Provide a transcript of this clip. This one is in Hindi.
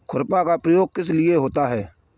खुरपा का प्रयोग किस लिए होता है?